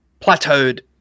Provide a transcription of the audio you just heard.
plateaued